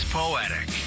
poetic